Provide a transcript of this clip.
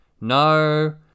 no